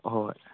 ꯍꯣꯏ ꯍꯣꯏ ꯍꯣꯏ